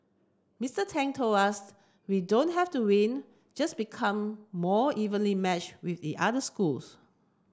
Mr Tang told us we don't have to win just become more evenly match with the other schools